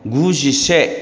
गुजिसे